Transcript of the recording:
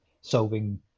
solving